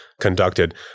conducted